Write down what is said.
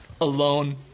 alone